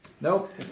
Nope